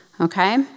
Okay